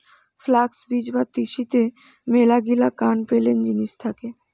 flux বীজ বা তিসিতে মেলাগিলা কান পেলেন জিনিস থাকে